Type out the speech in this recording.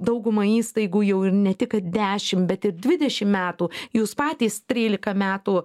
dauguma įstaigų jau ir ne tik kad dešim bet ir dvidešim metų jūs patys trylika metų